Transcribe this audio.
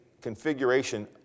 configuration